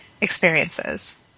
experiences